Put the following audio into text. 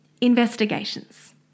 Investigations